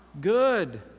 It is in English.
good